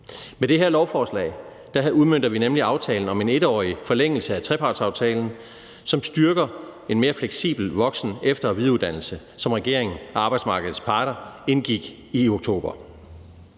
Med det her lovforslag udmønter vi nemlig aftalen om en 1-årig forlængelse af trepartsaftalen, som styrker en mere fleksibel voksen-, efter- og videreuddannelse, og som regeringen og arbejdsmarkedets parter indgik i oktober.